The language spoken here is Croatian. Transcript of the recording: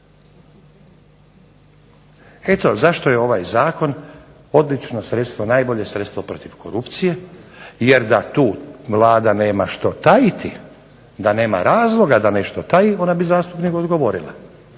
Eto zašto je ovaj zakon najbolje sredstvo protiv korupcije jer da tu Vlada nema što tajiti da nema razloga da nešto taji ona bi zastupniku odgovorila,